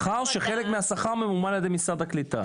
שכר שחלק מהשכר ממומן על ידי משרד הקליטה.